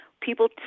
people